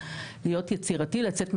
להיות יצירתי לצאת מהקופסה.